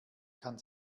kann